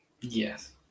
Yes